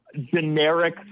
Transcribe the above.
generic